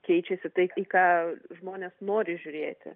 keičiasi tai į ką žmonės nori žiūrėti